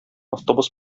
автобус